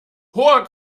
hoher